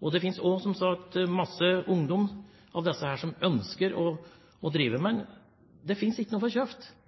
Det finnes som sagt også mange ungdommer blant disse som ønsker å drive, men det finnes ingenting å få kjøpt,